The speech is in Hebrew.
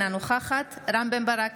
אינה נוכחת רם בן ברק,